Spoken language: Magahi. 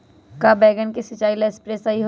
का बैगन के सिचाई ला सप्रे सही होई?